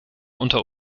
unter